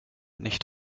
nicht